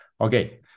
Okay